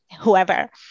whoever